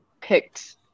picked